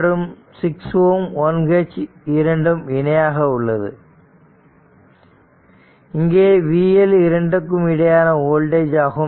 மற்றும் 6 Ω 1 H இரண்டும் இணையாக உள்ளது இங்கே vL இரண்டுக்கும் இடையேயான வோல்டேஜ் ஆகும்